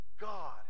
God